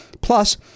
plus